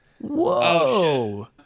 Whoa